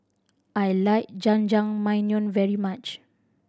I like Jajangmyeon very much